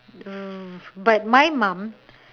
uh but my mum